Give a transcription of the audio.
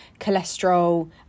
cholesterol